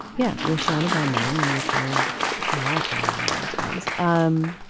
yeah. you're surrounded by men and you're trying to mollify them at all times. um